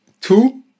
two